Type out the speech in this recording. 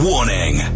Warning